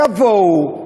תבואו,